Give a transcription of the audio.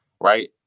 right